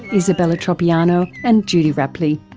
isabella troppiano and judy rapley.